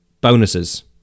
bonuses